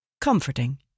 Comforting